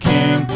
King